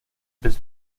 bez